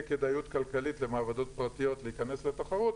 כדאיות כלכלית למעבדות פרטיות להכנס לתחרות,